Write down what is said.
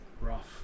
rough